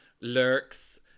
lurks